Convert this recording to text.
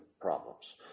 problems